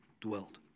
dwelt